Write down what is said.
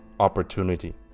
opportunity